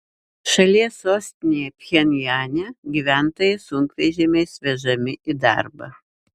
šalies sostinėje pchenjane gyventojai sunkvežimiais vežami į darbą